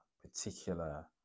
particular